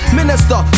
minister